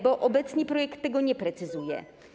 Bo obecnie projekt tego nie precyzuje.